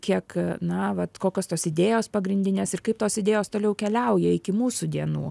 kiek na vat kokios tos idėjos pagrindinės ir kaip tos idėjos toliau keliauja iki mūsų dienų